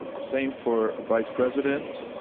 same for vice president.